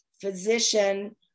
physician